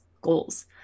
goals